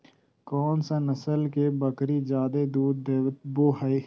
कौन सा नस्ल के बकरी जादे दूध देबो हइ?